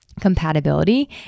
compatibility